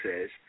says